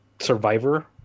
survivor